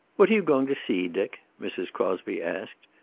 what are you going to see, dick? mrs. crosby asked.